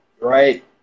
right